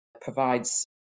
provides